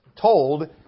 told